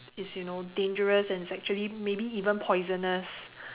it's you know dangerous and it's actually maybe even poisonous